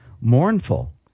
Mournful